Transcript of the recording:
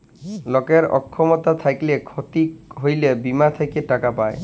লকের অক্ষমতা থ্যাইকলে ক্ষতি হ্যইলে বীমা থ্যাইকে টাকা পায়